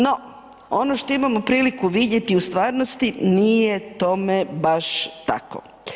No, ono što imamo priliku vidjeti u stvarnosti nije tome baš tako.